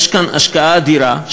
יש כאן השקעה אדירה,